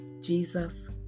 Jesus